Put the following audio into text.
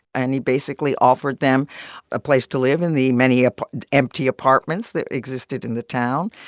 and he basically offered them a place to live in the many ah empty apartments that existed in the town.